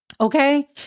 Okay